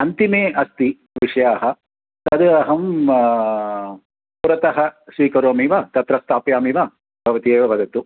अन्तिमे अस्ति विषयः तद् अहं पुरतः स्वीकरोमि वा तत्र स्थापयामि वा भवती एव वदतु